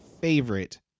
favorite